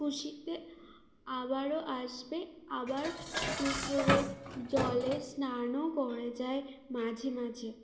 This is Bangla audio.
খুশিতে আবারও আসবে আবার দুপুরে জলে স্নানও করে যায় মাঝে মাঝে